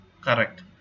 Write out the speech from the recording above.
correct